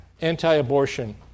anti-abortion